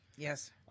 Yes